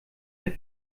der